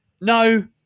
No